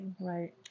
Right